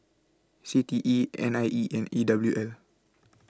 C T E N I E and E W L